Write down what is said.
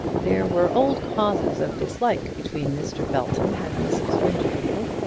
there were old causes of dislike between mr. belton and mrs. winterfield,